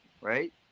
right